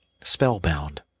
spellbound